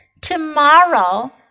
Tomorrow